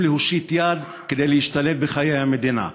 להושיט יד כדי להשתלב בחיי המדינה.